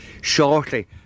shortly